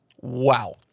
Wow